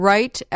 Right